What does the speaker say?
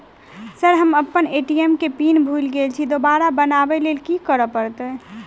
Sir हम अप्पन ATM केँ पिन भूल गेल छी दोबारा बनाबै लेल की करऽ परतै?